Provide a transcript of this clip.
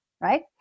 right